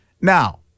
Now